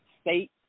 state